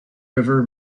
river